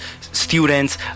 students